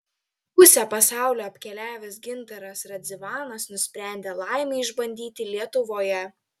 pusę pasaulio apkeliavęs gintaras radzivanas nusprendė laimę išbandyti lietuvoje